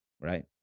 right